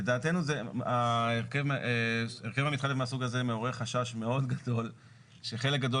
לדעתנו ההרכב המתחלף מהסוג הזה מעורר חשש מאוד גדול שחלק גדול